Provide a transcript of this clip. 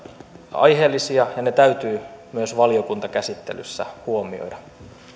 aiheellisia ja ne täytyy myös valiokuntakäsittelyssä huomioida